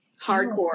Hardcore